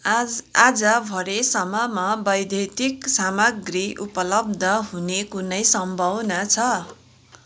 आज् आज भरे सम्ममा वैद्युतिक सामग्री उपलब्ध हुने कुनै सम्भावना छ